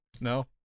No